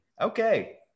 Okay